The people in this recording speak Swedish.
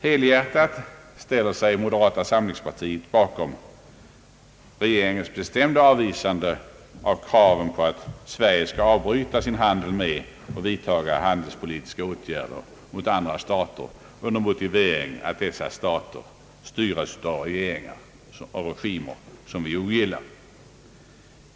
Helhjärtat ställer sig moderata samlingspartiet bakom regeringens bestämda avvisande av kraven på att Sverige skall avbryta sin handel med och vidtaga handelspolitiska åtgärder mot andra stater under motivering att dessa styres av regimer som vi ogillar.